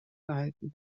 gehalten